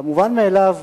והמובן מאליו